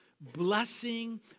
blessing